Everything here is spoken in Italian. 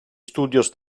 studios